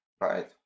right